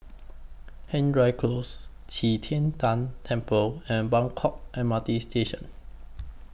Hendry Close Qi Tian Tan Temple and Buangkok M R T Station